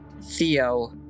Theo